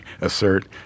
assert